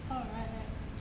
oh right right